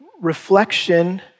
reflection